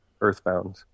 earthbound